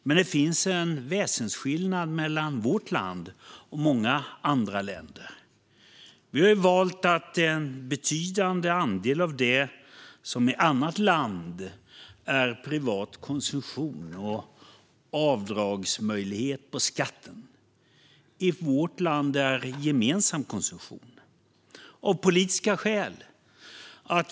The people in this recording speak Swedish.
Men det finns en väsensskillnad mellan vårt land och många andra länder: Vi har i vårt land valt att låta en betydande andel av det som i andra länder är privat konsumtion och avdragsmöjlighet på skatten vara gemensam konsumtion. Vi har gjort detta av politiska skäl.